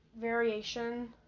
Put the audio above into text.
variation